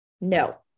No